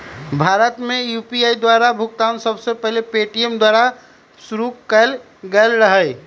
भारत में यू.पी.आई द्वारा भुगतान सबसे पहिल पेटीएमें द्वारा पशुरु कएल गेल रहै